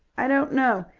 i don't know.